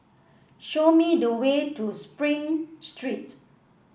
show me the way to Spring Street